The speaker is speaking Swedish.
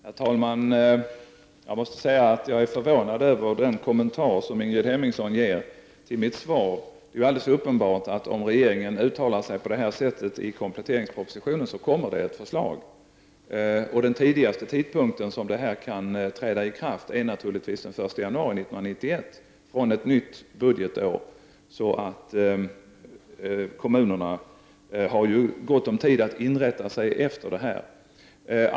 Herr talman! Jag måste säga att jag är förvånad över den kommentar som Ingrid Hemmingsson ger på mitt svar. Det är ju alldeles uppenbart att om regeringen uttalar sig på detta sätt i kompletteringspropositionen, kommer det ett förslag. Detta kan naturligtvis träda i kraft tidigast den 1 januari 1991 i samband med ett nytt budgetår. Kommunerna har således gott om tid att inrätta sig efter detta.